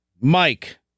Mike